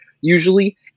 usually